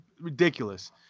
ridiculous